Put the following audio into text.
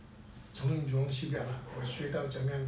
从 jurong shipyard lah 我学到怎样